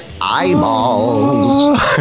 Eyeballs